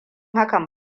hakan